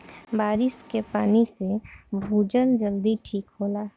बारिस के पानी से भूजल जल्दी ठीक होला